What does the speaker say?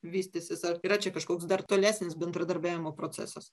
vystysis ar yra čia kažkoks dar tolesnis bendradarbiavimo procesas